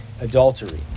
adultery